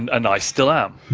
and and i still am,